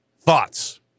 Thoughts